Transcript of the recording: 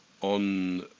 on